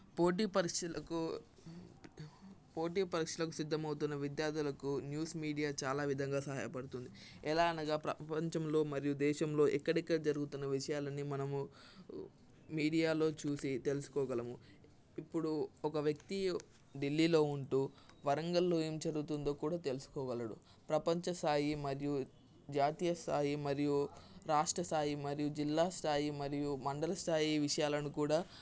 పోటీ పరీక్షలకు పోటీ పరీక్షలకు సిద్ధమవుతున్న విద్యార్థులకు న్యూస్ మీడియా చాలా విధంగా సహాయపడుతుంది ఎలా అనగా ప్రపంచంలో మరియు దేశంలో ఎక్కడెక్కడ జరుగుతున్న విషయాలని మనము మీడియాలో చూసి తెలుసుకోగలము ఇప్పుడు ఒక వ్యక్తి ఢిల్లీలో ఉంటూ వరంగల్లో ఏం జరుగుతుందో కూడా తెలుసుకోగలడు ప్రపంచ స్థాయి మరియు జాతీయస్థాయి మరియు రాష్ట్రస్థాయి మరియు జిల్లాస్థాయి మరియు మండల స్థాయి విషయాలను కూడా